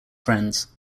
friends